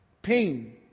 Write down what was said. Pain